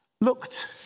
looked